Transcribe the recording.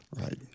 Right